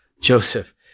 Joseph